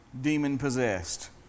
demon-possessed